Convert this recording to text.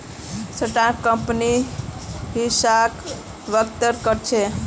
stock कंपनीर हिस्साक व्यक्त कर छेक